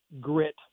Grit